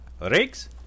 Riggs